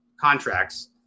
contracts